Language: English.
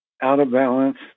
out-of-balance